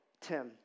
Tim